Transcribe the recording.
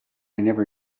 never